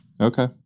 Okay